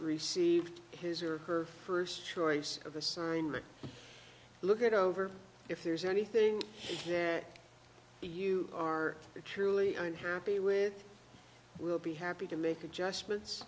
received his or her first choice of assignment look it over if there's anything there that you are truly i'm happy with will be happy to make adjustments